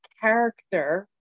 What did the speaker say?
character